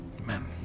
Amen